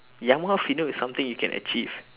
yamaha piano is something you can achieve